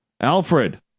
Alfred